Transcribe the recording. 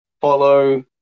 follow